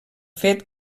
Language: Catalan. fet